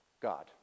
God